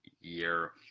year